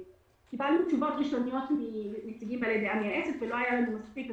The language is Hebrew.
קיבלנו תשובות ראשוניות מנציגים בעלי דעה מייעצת ולא היו לנו מספיק,